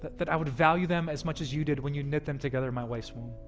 that i would value them as much as you did when you knit them together in my wife's womb.